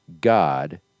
God